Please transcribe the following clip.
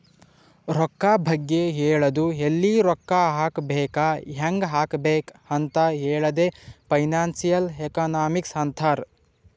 ರೊಕ್ಕಾ ಬಗ್ಗೆ ಹೇಳದು ಎಲ್ಲಿ ರೊಕ್ಕಾ ಹಾಕಬೇಕ ಹ್ಯಾಂಗ್ ಹಾಕಬೇಕ್ ಅಂತ್ ಹೇಳದೆ ಫೈನಾನ್ಸಿಯಲ್ ಎಕನಾಮಿಕ್ಸ್ ಅಂತಾರ್